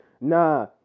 Nah